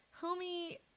homie